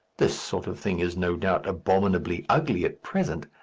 this sort of thing is, no doubt, abominably ugly at present,